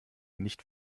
nicht